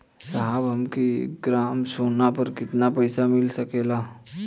साहब हमके एक ग्रामसोना पर कितना पइसा मिल सकेला?